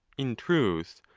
in truth,